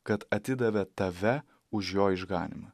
kad atidavė tave už jo išganymą